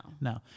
No